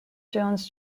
jones